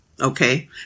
Okay